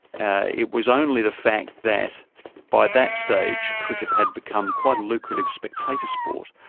ah it was only the fact that by that stage, cricket had become quite a lucrative spectator sport,